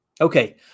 Okay